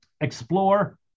explore